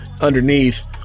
underneath